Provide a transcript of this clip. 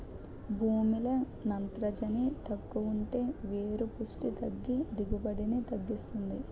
భూమిలో నత్రజని తక్కువుంటే వేరు పుస్టి తగ్గి దిగుబడిని తగ్గిస్తుంది